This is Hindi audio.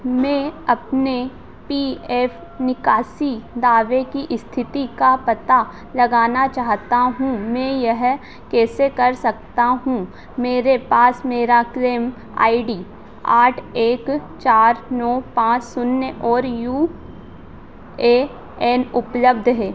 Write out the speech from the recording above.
मैं अपने पी एफ़ निकासी दावे की इस्थिति का पता लगाना चाहता हूँ मैं यह कैसे कर सकता हूँ मेरे पास मेरी क्लेम आई डी आठ एक चार नौ पाँच शून्य और यू ए एन उपलब्ध है